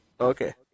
Okay